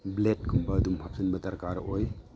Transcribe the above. ꯕ꯭ꯂꯦꯠꯀꯨꯝꯕ ꯑꯗꯨꯝ ꯍꯥꯞꯆꯤꯟꯕ ꯗꯔꯀꯥꯔ ꯑꯣꯏ